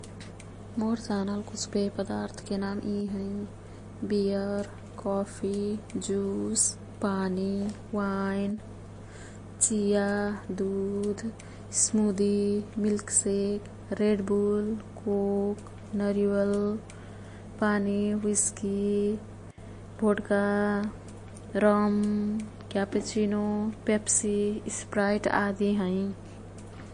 मोर् जानल कुछ पेय पदार्थके नाम यी है। बियर, कफी, जुस, पानी, वाईन, चिया, दुध, smoothie, milkshake, Red Bull, Coke ,नरिवल पानी, whisky, vodka, rum, cappuccino, Pepsi, Sprite आदि हैं।